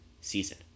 season